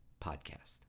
Podcast